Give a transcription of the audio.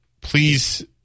please